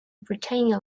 britannia